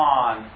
on